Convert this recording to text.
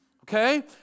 Okay